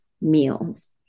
meals